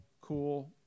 cool